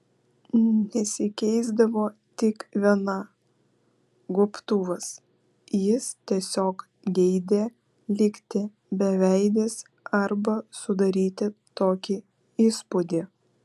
nesikeisdavo tik viena gobtuvas jis tiesiog geidė likti beveidis arba sudaryti tokį įspūdį